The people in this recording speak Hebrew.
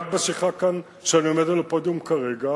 רק בשיחה הזאת, כשאני עומד על הפודיום כרגע,